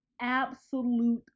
absolute